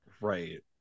right